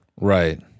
Right